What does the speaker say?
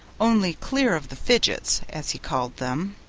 only clear of the fidgets, as he called them.